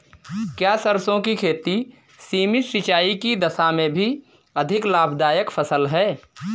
क्या सरसों की खेती सीमित सिंचाई की दशा में भी अधिक लाभदायक फसल है?